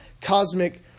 cosmic